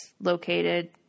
located